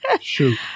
Shoot